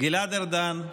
גלעד ארדן,